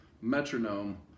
metronome